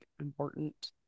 important